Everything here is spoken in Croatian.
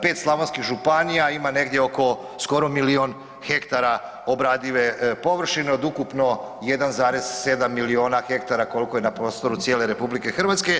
5 slavonskih županija ima negdje oko skoro milion hektara obradive površine od ukupno 1,7 miliona hektara koliko je na prostoru cijele RH.